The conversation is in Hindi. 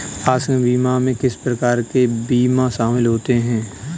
आकस्मिक बीमा में किस प्रकार के बीमा शामिल होते हैं?